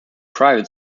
private